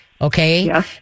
okay